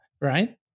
right